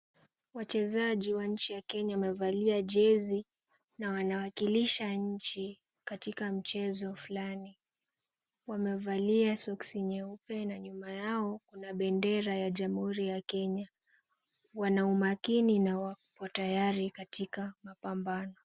Wachezaji wa nchi ya Kenya wamevalia jezi na wanawakilisha nchi katika mchezo fulani. Wamevalia soksi nyeupe na nyuma yao kuna bendera ya Jamhuri ya Kenya. Wana umakini na wako tayari katika mapambano.